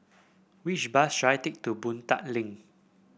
which bus should I take to Boon Tat Link